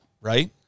right